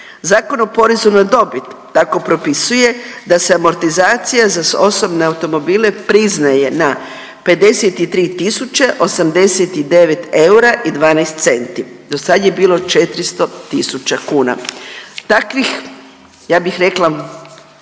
Zakon o porezu na dobit tako propisuje da se amortizacija za osobne automobile priznaje na 53.089 eura i 12 centi, dosad je bilo 400.000 kuna. Takvih ja bih rekla,